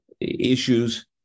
issues